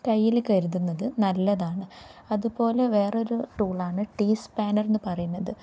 കയ്യിൽ കരുതുന്നത് നല്ലതാണ് അതുപോലെ വേറൊരു ടൂളാണ് ടീ സ്പാനർ എന്ന് പറയുന്നത്